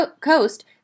Coast